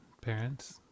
parents